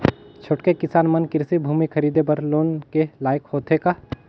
छोटके किसान मन कृषि भूमि खरीदे बर लोन के लायक होथे का?